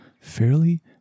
fairly